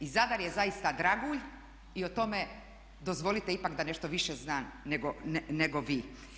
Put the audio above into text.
I Zadar je zaista dragulj i o tome dozvolite ipak da nešto više znam nego vi.